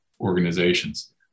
organizations